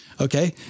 Okay